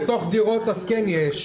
בתוך דירות כן יש.